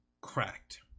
cracked